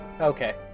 Okay